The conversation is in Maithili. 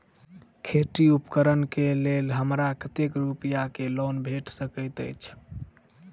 खेती उपकरण केँ लेल हमरा कतेक रूपया केँ लोन भेटि सकैत अछि?